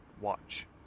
Watch